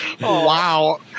Wow